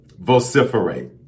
Vociferate